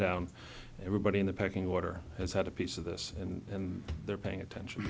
down everybody in the pecking order has had a piece of this and they're paying attention